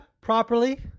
properly